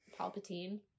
Palpatine